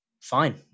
Fine